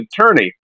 attorney